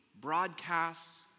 Broadcasts